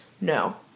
no